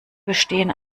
bestehen